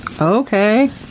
okay